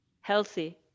healthy